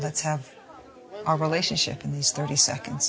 that's half our relationship in these thirty seconds